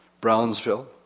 Brownsville